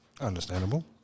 Understandable